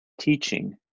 teaching